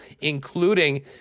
including